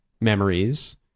memories